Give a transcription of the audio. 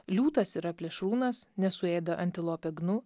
liūtas yra plėšrūnas nes suėda antilopę gnu